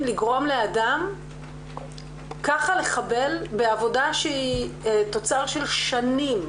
לגרום לאדם ככה לחבל בעבודה שהיא תוצר של שנים.